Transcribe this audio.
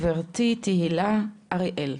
גברתי תהילה אראל,